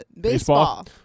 baseball